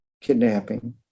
kidnapping